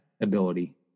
ability